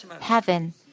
heaven